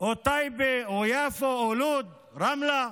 או טייבה או יפו או לוד, רמלה,